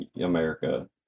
America